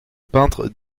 peintre